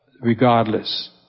regardless